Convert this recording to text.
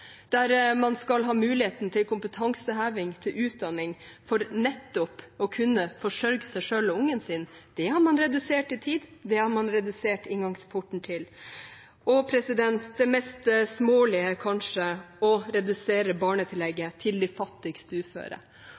der man skal ha muligheten til kompetanseheving, til utdanning, for nettopp å kunne forsørge seg selv og ungen sin. Det har man redusert i tid, det har man redusert inngangsporten til. Og kanskje det mest smålige: å redusere barnetillegget til de fattigste uføre.